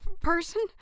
person